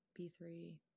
B3